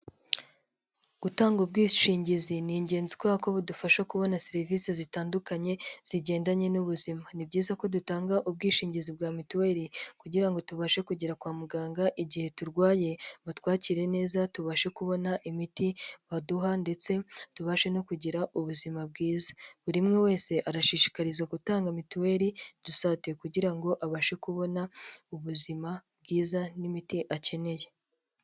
Gutanga ubwishingizi ni ingenzi kuko budufasha kubona serivisi zitandukanye zigendanye n’ubuzima. Ni byiza ko dutanga ubwishingizi bwa Mutuelle kugira ngo tubashe kugera kwa muganga igihe turwaye, twakirwe neza, tubone imiti dukeneye, ndetse tubashe no kugira ubuzima bwiza. Buri umwe wese arashishikarizwa gutanga Mutuelle de Santé, kugira ngo azabone ubuvuzi bwiza n’imiti akeneye.